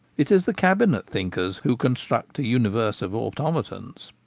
it is the cabinet thinkers who construct a universe of automatons.